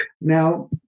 Now